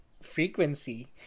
frequency